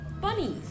Bunnies